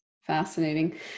Fascinating